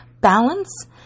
balance